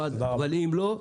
אם לא,